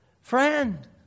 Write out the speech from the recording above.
Friend